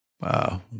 wow